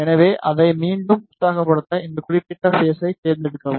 எனவே அதை மீண்டும் உற்சாகப்படுத்த இந்த குறிப்பிட்ட பேஸை தேர்ந்தெடுக்கவும்